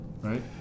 Right